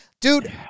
dude